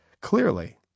Clearly